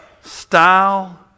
Style